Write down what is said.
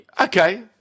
Okay